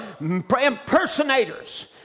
impersonators